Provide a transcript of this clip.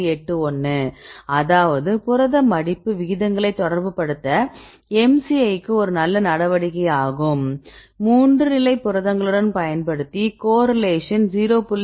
81 அதாவது புரத மடிப்பு விகிதங்களை தொடர்புபடுத்த MCI ஒரு நல்ல நடவடிக்கையாகும் 3 நிலை புரதங்களுடன் பயன்படுத்தி கோரிலேஷன் 0